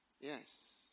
Yes